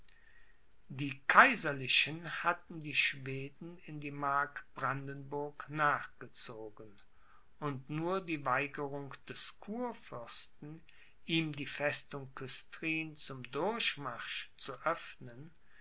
die kaiserlichen hatten die schweden in die mark brandenburg nachgezogen und nur die weigerung des kurfürsten ihm die festung küstrin zum durchmarsch zu öffnen